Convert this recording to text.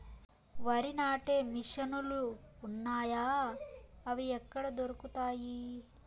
వరి నాటే మిషన్ ను లు వున్నాయా? అవి ఎక్కడ దొరుకుతాయి?